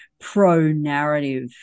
pro-narrative